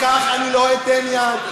לכך אני לא אתן יד.